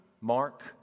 Mark